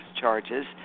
charges